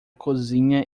cozinha